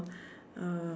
uh